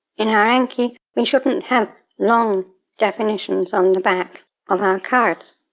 in our anki we shouldn't have long definitions on the back of our cards.